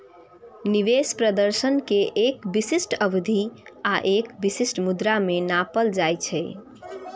निवेश प्रदर्शन कें एक विशिष्ट अवधि आ एक विशिष्ट मुद्रा मे नापल जाइ छै